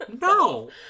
no